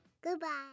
Goodbye